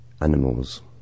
animals